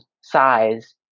size